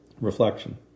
Reflection